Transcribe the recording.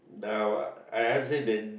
uh I've say they